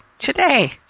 today